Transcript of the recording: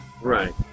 right